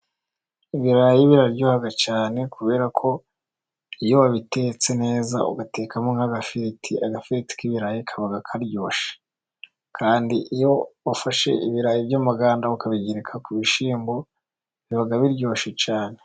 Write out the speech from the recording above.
Ibirayi biraryoha cyane, kubera ko iyo wabitetse neza, ugatekamo nk'agafiriti, agafiriti k'ibirayi kaba karyoshye. Kandi iyo ufashe ibirayi by'amaganda, ukabigereka ku bishyimbo, biba biryoshye cyane.